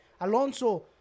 Alonso